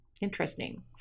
Interesting